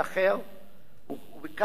ובכך היא משקפת מדרג